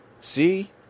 See